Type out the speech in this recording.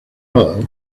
her